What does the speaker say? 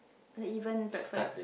even breakfast